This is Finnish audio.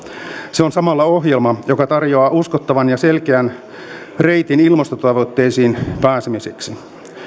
se on samalla ohjelma joka tarjoaa uskottavan ja selkeän reitin ilmastotavoitteisiin pääsemiseksi